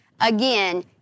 again